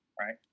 right